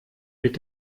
mit